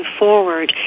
forward